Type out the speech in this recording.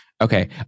Okay